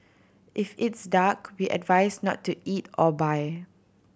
if it's dark we advise not to eat or buy